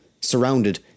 surrounded